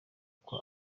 kwa